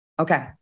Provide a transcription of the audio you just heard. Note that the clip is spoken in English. Okay